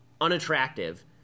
unattractive